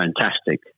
fantastic